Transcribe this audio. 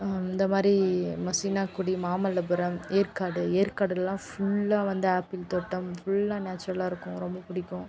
இந்த மாதிரி மசினாக்குடி மாமல்லபுரம் ஏற்காடு ஏற்காடுலா ஃபுல்லா வந்து ஆப்பிள் தோட்டம் ஃபுல்லா நேச்சுரலா இருக்கும் ரொம்ப பிடிக்கும்